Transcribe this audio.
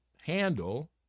handle